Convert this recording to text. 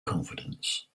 confidence